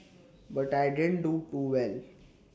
but I didn't do too well